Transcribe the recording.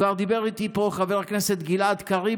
כבר דיבר איתי פה חבר הכנסת גלעד קריב,